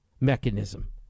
mechanism